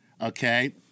Okay